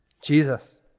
Jesus